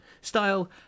style